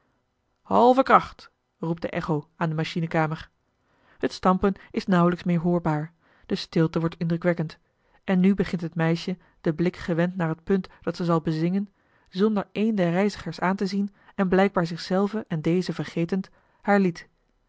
halve kracht roept de echo aan de machinekamer het stampen is nauwelijks meer hoorbaar de stilte wordt indrukwekkend en nu begint het meisje den blik gewend naar het punt dat ze zal bezingen zonder een der reizigers aan te zien en blijkbaar zich zelve en deze vergetend haar lied